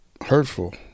hurtful